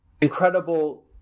incredible